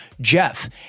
Jeff